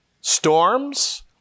Storms